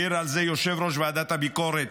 העיר זה יושב-ראש ועדת הביקורת,